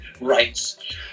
rights